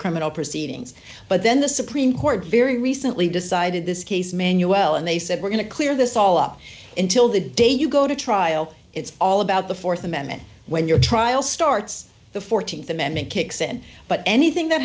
criminal proceedings but then the supreme court very recently decided this case manual and they said we're going to clear this all up until the day you go to trial it's all about the th amendment when your trial starts the th amendment kicks in but anything that